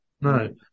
No